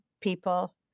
people